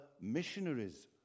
missionaries